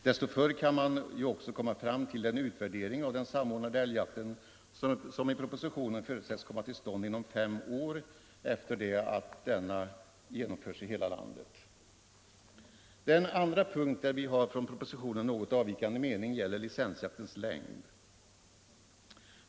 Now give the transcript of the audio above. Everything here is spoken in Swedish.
Desto förr kan man också komma fram till den utvärdering av den samordnade älgjakten som i propositionen förutsätts komma till stånd inom fem år efter det att denna genomförts i hela landet. Den andra punkt där vi har från propositionen något avvikande mening gäller licensjaktens längd.